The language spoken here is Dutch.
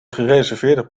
gereserveerde